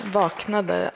vaknade